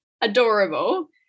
adorable